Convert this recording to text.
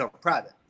private